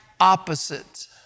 opposite